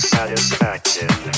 Satisfaction